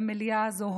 למליאה הזאת,